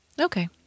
okay